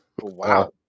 Wow